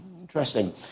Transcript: Interesting